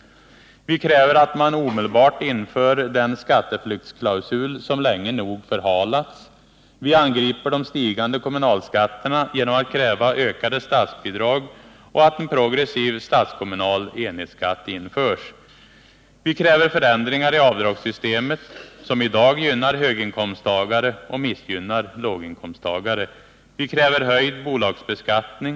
Vi kräver att man omedelbart inför den skatteflyktsklausul som länge nog förhalats. Vi angriper de stigande kommunalskatterna genom att kräva ökade statsbidrag och att en progressiv statskommunal enhetsskatt införs. Vi kräver förändringar i avdragssystemet, som i dag gynnar höginkomsttagare och missgynnar låginkomsttagare. Vi kräver höjd bolagsbeskattning.